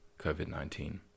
COVID-19